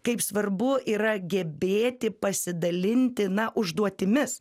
kaip svarbu yra gebėti pasidalinti na užduotimis